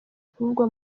kuvugwa